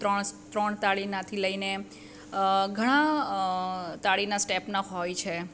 ત્રણ સ ત્રણ તાળીનાથી લઈને ઘણા તાળીના સ્ટેપના હોય છે